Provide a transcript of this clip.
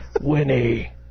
Winnie